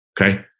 Okay